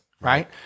right